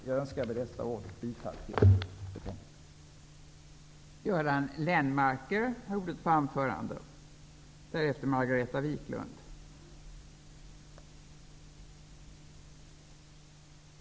Jag önskar med dessa ord yrka bifall till utskottets hemställan.